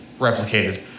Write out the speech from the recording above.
replicated